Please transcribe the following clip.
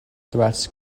threats